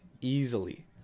easily